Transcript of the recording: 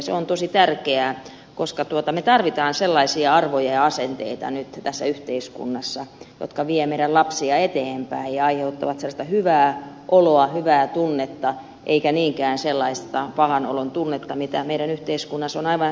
se on tosi tärkeää koska me tarvitsemme sellaisia arvoja ja asenteita nyt tässä yhteiskunnassa jotka vievät meidän lapsiamme eteenpäin ja aiheuttavat sellaista hyvää oloa hyvää tunnetta eivätkä niinkään sellaista pahanolon tunnetta mitä meidän yhteiskunnassamme on aivan riittämiin